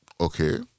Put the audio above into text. Okay